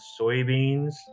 soybeans